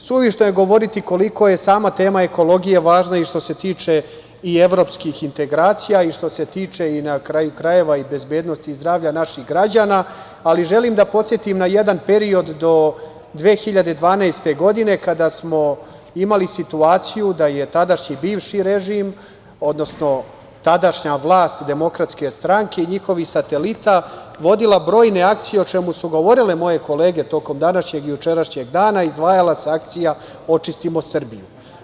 Suvišno je govoriti koliko je sama tema ekologije važna i što se tiče evropskih integracija i što se tiče, na kraju krajeva, bezbednosti zdravlja naših građana, ali želim da podsetim na jedan period do 2012. godine kada smo imali situaciju da je tadašnji bivši režim, odnosno tadašnja vlast DS i njihovih satelita vodila brojne akcije, o čemu su govorile moje kolege tokom današnjeg i jučerašnjeg dana, a pri čemu se izdvajala akcija „Očistimo Srbiju“